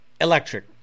electric